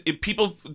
people